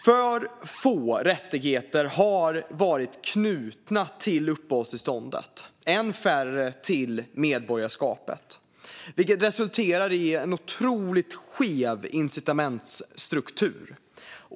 För få rättigheter har varit knutna till uppehållstillståndet, än färre till medborgarskapet, vilket resulterat i en otroligt skev incitamentsstruktur.